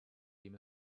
dem